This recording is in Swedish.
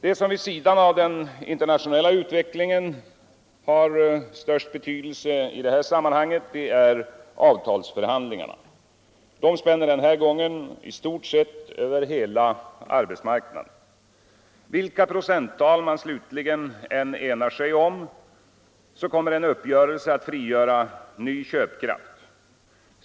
Det som vid sidan av den internationella utvecklingen har störst betydelse i detta sammanhang är avtalsförhandlingarna. De spänner den här gången över i stort sett hela arbetsmarknaden. Vilka procenttal man slutligen än enar sig om kommer en uppgörelse att frigöra ny köpkraft.